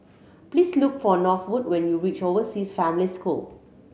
please look for Norwood when you reach Overseas Family School